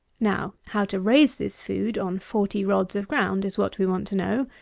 now, how to raise this food on forty rods of ground is what we want to know.